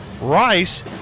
Rice